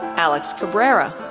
alex cabrera,